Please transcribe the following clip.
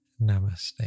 namaste